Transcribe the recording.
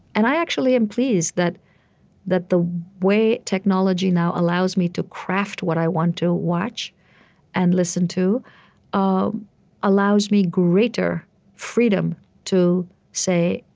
and i actually am pleased that that the way technology now allows me to craft what i want to watch and listen to ah allows me greater freedom to say,